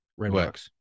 Redbox